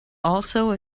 also